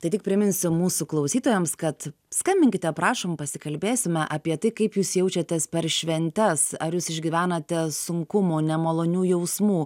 tai tik priminsiu mūsų klausytojams kad skambinkite prašom pasikalbėsime apie tai kaip jūs jaučiatės per šventes ar jūs išgyvenate sunkumų nemalonių jausmų